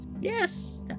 Yes